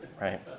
right